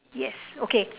yes okay